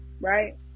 right